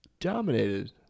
Dominated